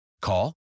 Call